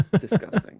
Disgusting